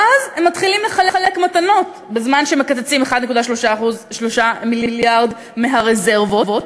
ואז הם מתחילים לחלק מתנות בזמן שמקצצים 1.3 מיליארד מהרזרבות.